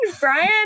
Brian